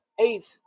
eighth